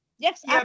Yes